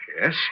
Yes